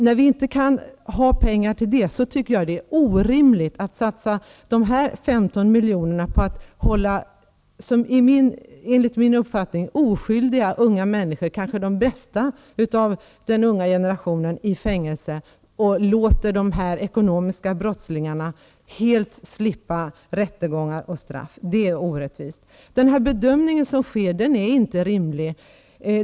När vi inte har pengar att klara upp dessa, tycker jag inte att det är rimligt att satsa 15 miljoner på att hålla dessa enligt min uppfattning oskyldiga unga människor, kanske de bästa i den unga generationen, i fängelse och låta ekonomiska brottslingar helt slippa rättegång och straff. Det är orättvist. Den bedömning som görs är inte rimlig.